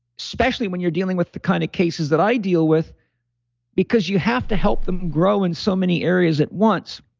especially when you're dealing with the kind of cases that i deal with because you have to help them grow in so many areas at once.